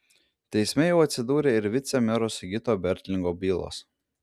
teisme jau atsidūrė ir vicemero sigito bertlingo bylos